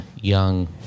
young